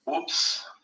Oops